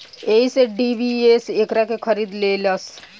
एही से डी.बी.एस एकरा के खरीद लेलस